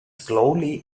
slowly